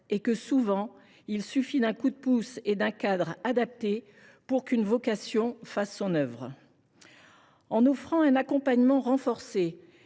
et que, souvent, il suffit d’un coup de pouce et d’un cadre adapté pour qu’une vocation fasse son œuvre. En offrant un accompagnement renforcé,